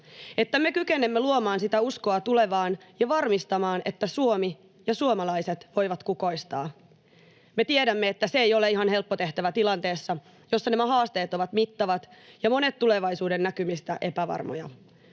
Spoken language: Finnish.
me kykenemme luomaan uskoa tulevaan ja varmistamaan, että Suomi ja suomalaiset voivat kukoistaa. Me tiedämme, että se ei ole ihan helppo tehtävä tilanteessa, jossa nämä haasteet ovat mittavat ja monet tulevaisuudennäkymistä epävarmoja.